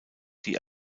die